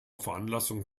veranlassung